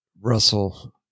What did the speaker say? Russell